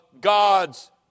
God's